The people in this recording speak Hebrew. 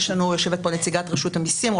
יושבת פה נציגת רשות המיסים,